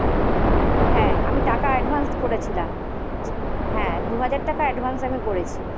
হ্যাঁ আমি টাকা অ্যাডভান্স করেছিলাম হ্যাঁ দু হাজার টাকা অ্যাডভান্স আমি করেছি